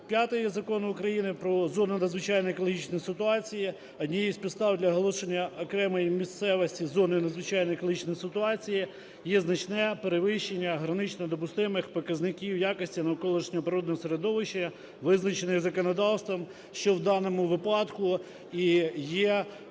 статті 5 Закону України "Про зону надзвичайної екологічної ситуації", однією з підстав для оголошення окремої місцевості зоною надзвичайної екологічної ситуації, є значне перевищення граничнодопустимих показників якості навколишнього природного середовища, визначених законодавством, що в даному випадку і є